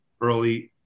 early